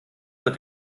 wird